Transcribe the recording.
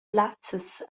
plazzas